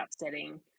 upsetting